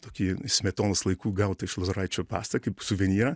tokį smetonos laikų gautą iš lozoraičio pasą kaip suvenyrą